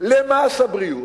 למס הבריאות,